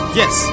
yes